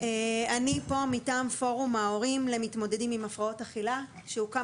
אני פה מטעם פורום ההורים למתמודדים עם הפרעות אכילה שהוקם